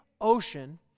Ocean